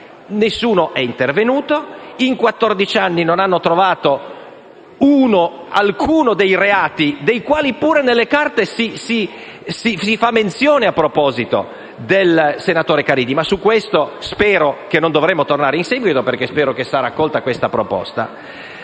nessuno è intervenuto. In quattordici anni, non hanno trovato alcuno dei reati dei quali nelle carte pure si fa menzione a proposito del senatore Caridi. Ma su questo punto spero che non dovremo tornare in seguito, perché mi auguro che verrà accolta questa proposta.